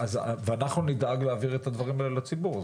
ואנחנו נדאג להעביר את הדברים האלה לציבור.